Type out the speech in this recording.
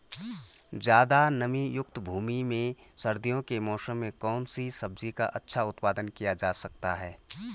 ज़्यादा नमीयुक्त भूमि में सर्दियों के मौसम में कौन सी सब्जी का अच्छा उत्पादन किया जा सकता है?